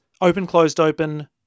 open-closed-open